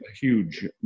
huge